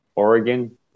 Oregon